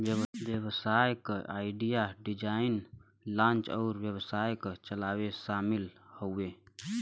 व्यवसाय क idea, design, launch अउर व्यवसाय क चलावे शामिल हउवे